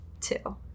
Two